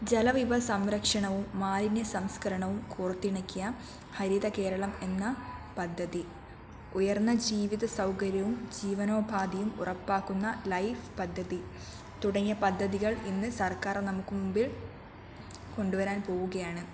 ജലവിഭ സംരക്ഷണവും മാലിന്യ സംസ്കരണവും കോർത്തിണക്കിയ ഹരിത കേരളം എന്ന പദ്ധതി ഉയർന്ന ജീവിത സൗകര്യവും ജീവനോപാധിയും ഉറപ്പാക്കുന്ന ലൈഫ് പദ്ധതി തുടങ്ങിയ പദ്ധതികൾ ഇന്ന് സർക്കാർ നമുക്ക് മുമ്പിൽ കൊണ്ടുവരാൻ പോവുകയാണ്